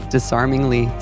Disarmingly